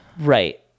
right